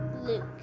Luke